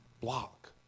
block